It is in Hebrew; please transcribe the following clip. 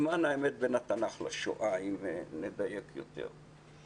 למען האמת, בין התנ"ך השואה אם נדייק יותר,